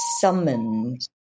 summoned